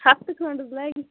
ہفتہٕ کھَنٛڈ حٲز لَگہِ